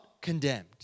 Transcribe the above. condemned